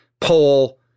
poll